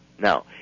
Now